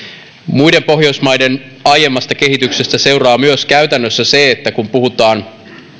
muiden pohjoismaiden aiemmasta kehityksestä seuraa myös käytännössä se että kun puhutaan